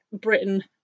Britain